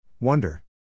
Wonder